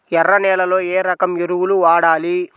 ఎర్ర నేలలో ఏ రకం ఎరువులు వాడాలి?